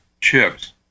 chips